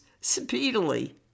speedily